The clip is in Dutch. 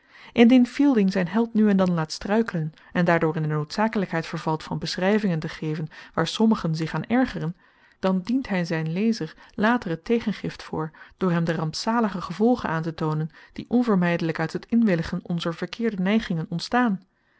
indien fielding zijn held nu en dan laat struikelen en daardoor in de noodzakelijkheid vervalt van beschrijvingen te geven waar sommigen zich aan ergeren dan dient hij zijn lezer later het tegengift voor door hem de rampzalige gevolgen aan te toonen die onvermijdelijk uit het inwilligen onzer verkeerde neigingen ontstaan